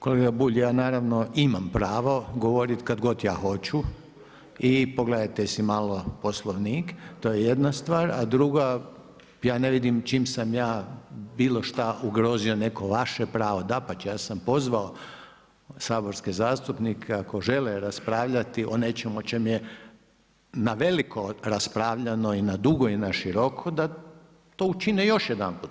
Kolega Bulj, ja naravno imam pravo govoriti kad god ja hoću i pogledajte si malo Poslovnik, to je jedna stvar, a druga, ja ne vidim čim sam ja bilo šta ugrozio neko vaše pravo, dapače, ja sam pozvao saborske zastupnike ako žele raspravljati o nečemu o čem je naveliko raspravljano i na dugo i na široko, da to učine još jedanput.